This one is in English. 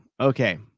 Okay